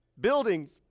buildings